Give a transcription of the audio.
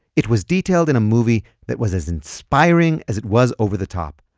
it was detailed in a movie that was as inspiring as it was over the top,